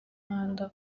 rwanda